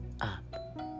up